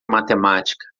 matemática